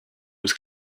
was